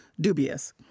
dubious